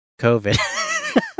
COVID